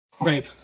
Great